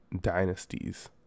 dynasties